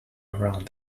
around